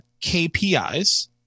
KPIs